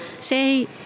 Say